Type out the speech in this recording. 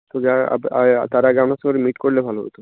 তার আগে আপনার সঙ্গে একটু মিট করলে ভালো হতো